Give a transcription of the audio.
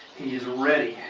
he is ready